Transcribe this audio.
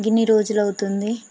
ఇన్ని రోజులవుతుంది